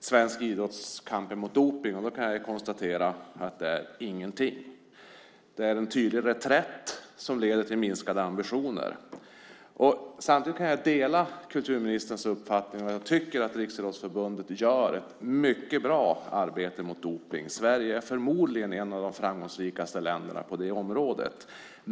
svensk idrotts kamp mot dopning. Jag kan konstatera att det är ingenting. Det är en tydlig reträtt som leder till minskade ambitioner. Samtidigt kan jag dela kulturministerns uppfattning. Jag tycker att Riksidrottsförbundet gör ett mycket bra arbete mot dopning. Sverige är förmodligen ett av de framgångsrikaste länderna på det området.